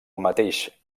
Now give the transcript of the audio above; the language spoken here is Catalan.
mateix